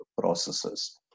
processes